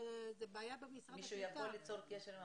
שעברו את